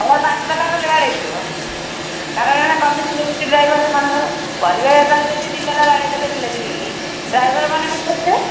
ତୁମର ପାଞ୍ଚ ତାଲା ଖଣ୍ଡେ ବାଡ଼େଇ ଥିବ କାରଣ କମିଶନ୍ ଅଛି ଡ୍ରାଇଭର୍ ମାନଙ୍କର ପରିବା ବେପାରୀ ଯଦି ଦୁଇ ତାଲା ବାଡ଼େଇ ଦେଲେ ବିଲାତି ବିକିକି ଡ୍ରାଇଭର୍ ମାନେ କ'ଣ କରିଥିବେ